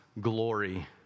glory